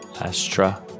Astra